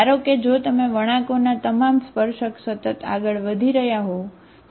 ધારો કે જો તમે વણાંકોના તમામ સ્પર્શક સતત આગળ વધી રહ્યા હોય બરાબર